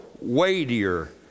weightier